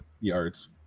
yards